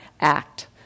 act